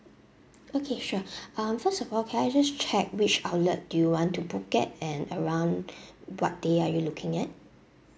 okay sure um first of all can I just check which outlet do you want to book at and around what day are you looking at